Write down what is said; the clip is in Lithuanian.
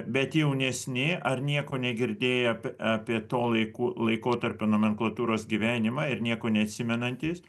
bet jaunesni ar nieko negirdėję ap apie to laikų laikotarpio nomenklatūros gyvenimą ir nieko neatsimenantys